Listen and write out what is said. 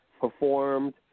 performed